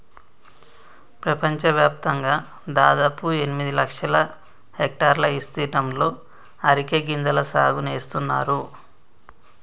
పెపంచవ్యాప్తంగా దాదాపు ఎనిమిది లక్షల హెక్టర్ల ఇస్తీర్ణంలో అరికె గింజల సాగు నేస్తున్నారు